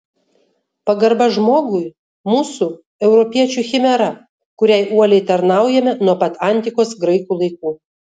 pagarba žmogui mūsų europiečių chimera kuriai uoliai tarnaujame nuo pat antikos graikų laikų